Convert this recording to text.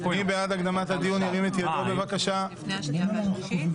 מי בעד הקדמת הדיון לפני הקריאה השנייה והשלישית?